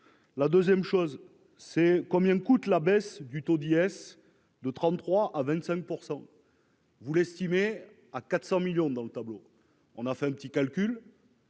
la 2ème chose c'est: combien coûte la baisse du taux d'IS de 33 à 25 %. Vous l'estimé à 400 millions dans le tableau, on a fait un petit calcul.